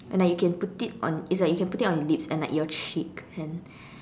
and then you can put it on it's like you can put on your lips and like your cheeks and